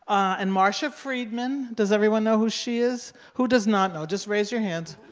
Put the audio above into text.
and marsha friedman does everyone know who she is? who does not know? just raise your hands.